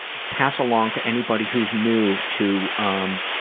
pass along to anybody who's new to um